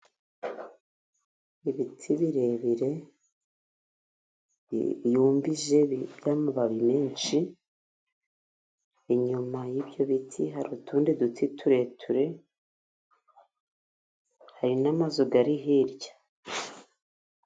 Ibiti birebire biyumbije bifite amababi menshi, inyuma y'ibyo biti hari utundi duti tureture, hari n'amazu ari hirya.